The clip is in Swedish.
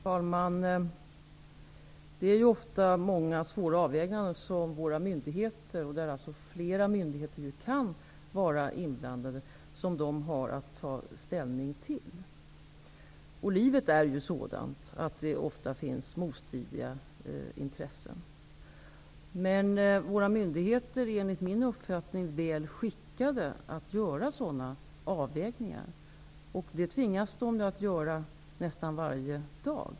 Herr talman! Det är ju ofta många svåra avvägningar som våra myndigheter har att ta ställning till. Det kan ju vara flera myndigheter som är inblandade. Livet är ju sådant att det ofta finns motstridiga intressen. Men våra myndigheter är enligt min uppfattning väl skickade att göra sådana avvägningar. Det tvingas de att göra nästan varje dag.